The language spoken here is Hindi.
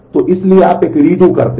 तो इसीलिए आप एक रीडू करते हैं